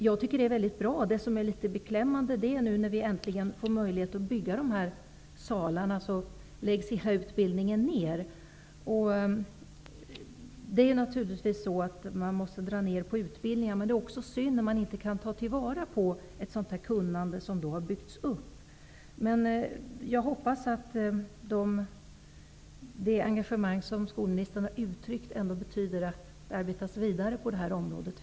Jag tycker att det är mycket bra. Det som är beklämmande är att utbildningen läggs ner, när det nu äntligen blir möjligt att bygga de här salarna. Man måste naturligtvis dra ner på utbildningar, men det är synd att inte ta till vara ett kunnande som har byggts upp. Jag hoppas att det engagemang som skolministern har uttryckt ändå betyder att det arbetas vidare på det här området.